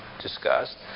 discussed